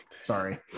Sorry